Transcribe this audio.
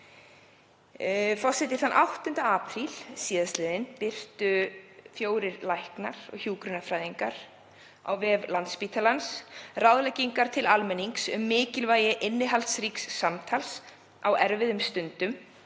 Forseti. Þann 8. apríl síðastliðinn birtu fjórir læknar og hjúkrunarfræðingar á vef Landspítalans ráðleggingar til almennings um mikilvægi innihaldsríks samtals á erfiðum stundum,